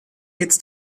jetzt